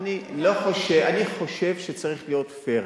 אני חושב שצריך להיות פייר.